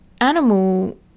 animal